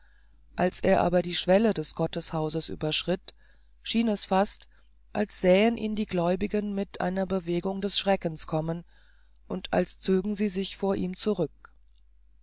als er aber die schwelle des gotteshauses überschritt schien es fast als sähen ihn die gläubigen mit einer bewegung des schreckens kommen und als zögen sie sich vor ihm zurück